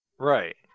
Right